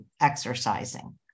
exercising